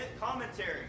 Commentary